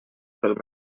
pel